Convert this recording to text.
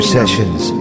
Sessions